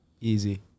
Easy